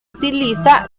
utiliza